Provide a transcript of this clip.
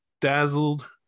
dazzled